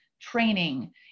training